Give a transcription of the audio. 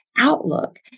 outlook